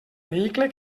vehicle